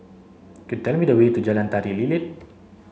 could you tell me the way to Jalan Tari Lilin